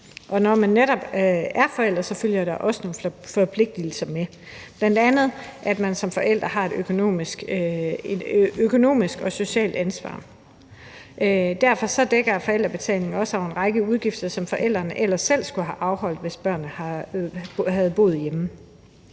når man er forældre, følger der også nogle forpligtigelser med, bl.a. at man som forældre har et økonomisk og socialt ansvar. Derfor dækker forældrebetalingen også over en række udgifter, som forældrene ellers selv skulle have afholdt, hvis børnene havde boet hjemme.